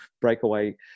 breakaway